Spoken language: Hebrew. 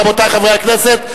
רבותי חברי הכנסת,